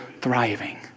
thriving